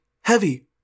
heavy